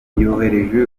yoherereje